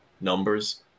numbers